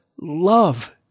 love